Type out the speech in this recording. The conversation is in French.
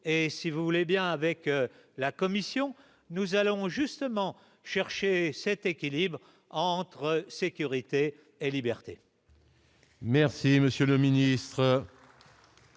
et si vous voulez bien avec la Commission, nous allons justement chercher cet équilibre entre sécurité est liberté.